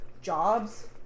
jobs